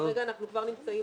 וכרגע אנחנו כבר נמצאים